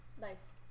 nice